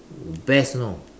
best you know